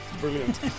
brilliant